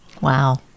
Wow